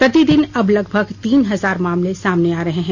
प्रतिदिन अब लगभग तीन हजार मामले सामने आ रहे हैं